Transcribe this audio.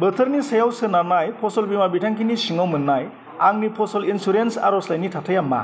बोथोरनि सायाव सोनानै फसल बीमा बिथांखिनि सिङाव मोननाय आंनि फसल इन्सुरेन्स आर'जलाइनि थाथाया मा